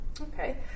Okay